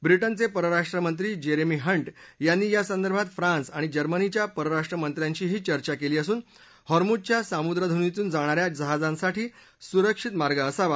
ब्रिउचे परराष्ट्रमंत्री जेरेमी हंठ्यांनी या संदर्भात फ्रान्स आणि जर्मनीच्या परराष्ट्रमंत्र्यांशी ही चर्चा केली असून हॉरमझच्या सामुद्रधूनीतून जाणा या जहाजांसाठी सुरक्षित मार्ग असावा